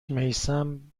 میثم